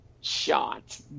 shot